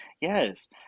Yes